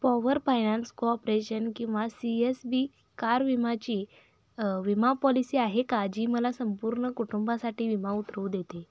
power finance corporation किंवा C S B car विमाची विमा पॉलिसी आहे का जी मला संपूर्ण कुटुंबासाठी विमा उतरवू देते